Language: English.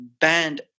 banned